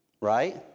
Right